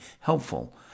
helpful